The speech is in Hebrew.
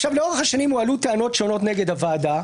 לאורך השנים הועלו טענות שונות נגד הוועדה,